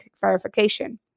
verification